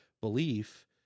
belief